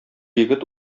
егет